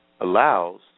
allows